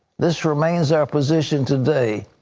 this remains our position today,